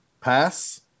pass